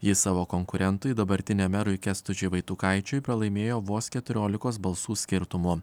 ji savo konkurentui dabartiniam merui kęstučiui vaitukaičiui pralaimėjo vos keturiolikos balsų skirtumu